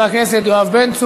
הצעת החוק נפלה.